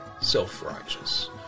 self-righteous